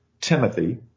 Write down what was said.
Timothy